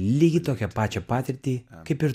lygiai tokią pačią patirtį kaip ir